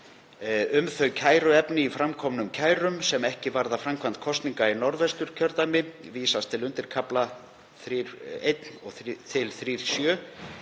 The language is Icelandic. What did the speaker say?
Um þau kæruefni í framkomnum kærum sem ekki varða framkvæmd kosninga í Norðvesturkjördæmi vísast til undirkafla 3.1–3.7